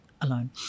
alone